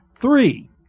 Three